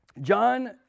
John